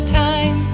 time